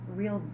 real